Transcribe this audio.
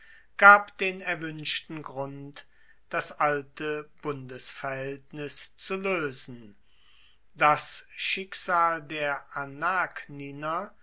gab den erwuenschten grund das alte bundesverhaeltnis zu loesen das schicksal der